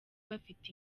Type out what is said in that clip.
bafite